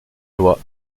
loi